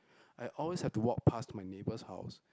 I always have to walk past my neighbours house